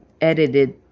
edited